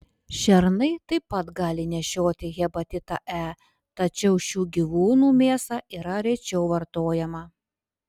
šernai taip pat gali nešioti hepatitą e tačiau šių gyvūnų mėsa yra rečiau vartojama